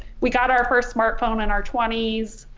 we got our first smartphone in our twenty s,